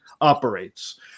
operates